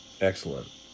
Excellent